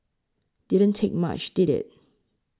didn't take much did it